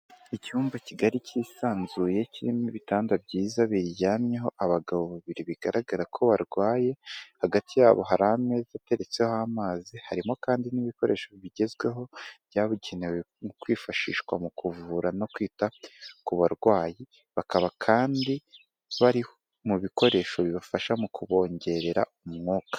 Icyumba kigari cyisanzuye kirimo ibitanda byiza biryamyeho abagabo babiri bigaragara ko barwaye hagati yabo hari ameza ateretseho amazi harimo kandi n'ibikoresho bigezweho byabugenewe mu kwifashishwa mu kuvura no kwita ku barwayi bakaba kandi bari mu bikoresho bibafasha mu kubongerera umwuka.